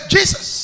Jesus